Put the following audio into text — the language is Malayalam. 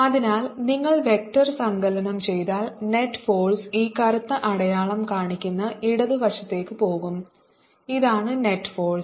അതിനാൽ നിങ്ങൾ വെക്റ്റർ സങ്കലനo ചെയ്താൽ നെറ്റ് ഫോഴ്സ് ഈ കറുത്ത അടയാളം കാണിക്കുന്ന ഇടതുവശത്തേക്ക് പോകും ഇതാണ് നെറ്റ് ഫോഴ്സ്